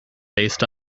based